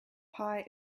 pie